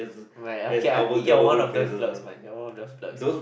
well okay I think you are one of those flirts man one of those flirts lah